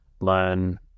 learn